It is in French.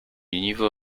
niveau